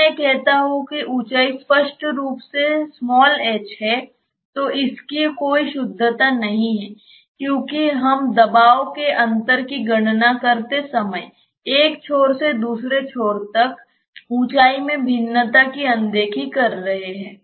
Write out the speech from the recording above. जब मैं कहता हूं कि यह ऊंचाई स्पष्ट रूप से h है तो इसकी कोई शुद्धता नहीं है क्योंकि हम दबाव के अंतर की गणना करते समय एक छोर से दूसरे छोर तक ऊंचाई में भिन्नता की अनदेखी कर रहे हैं